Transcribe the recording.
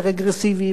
קוראים לזה מע"מ,